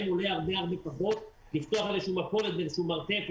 עולה הרבה פחות לפתוח איזו מכולת באיזשהו מרתף,